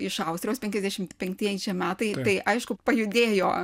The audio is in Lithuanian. iš austrijos penkiasdešimt penktieji čia metai tai aišku pajudėjo